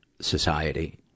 society